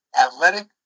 athletic